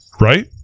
right